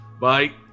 Bye